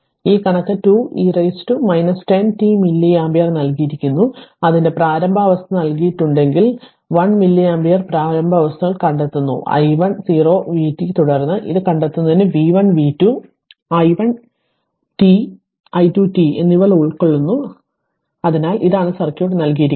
ഈ കണക്ക് 2 e 10 t milliampere നൽകിയിരിക്കുന്നു അതിന്റെ പ്രാരംഭ അവസ്ഥ നൽകിയിട്ടുണ്ടെങ്കിൽ 1 മില്ലി ആമ്പിയർ പ്രാരംഭ വ്യവസ്ഥകൾ കണ്ടെത്തുന്നു i1 0 vt തുടർന്ന് ഇത് കണ്ടെത്തുന്നതിന് v 1 v 2 i 1 t i 2 t എന്നിവ ഉൾക്കൊള്ളുന്നു അതിനാൽ ഇതാണ് സർക്യൂട്ട് നൽകിയിരിക്കുന്നത്